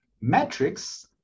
Metrics